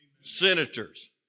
senators